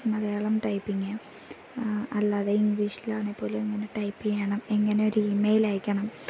Malayalam typing അല്ലാതെ ഇംഗ്ലീഷിലാണെങ്കിൽ പോലും എങ്ങനെ ടൈപ്പ് ചെയ്യണം എങ്ങനെ ഒരു ഈമെയിൽ അയക്കണം